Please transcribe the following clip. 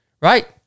right